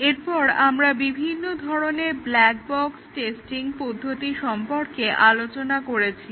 এরপর আমরা বিভিন্ন ধরণের ব্ল্যাক বক্স টেস্টিং পদ্ধতি সম্পর্কে আলোচনা করেছি